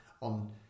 on